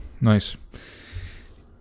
nice